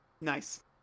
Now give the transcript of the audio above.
Nice